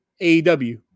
AEW